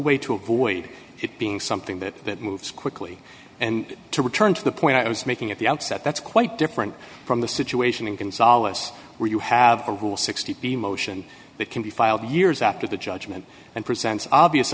way to avoid it being something that moves quickly and to return to the point i was making at the outset that's quite different from the situation in can solace where you have a rule sixty motion that can be filed years after the judgement and presents obvious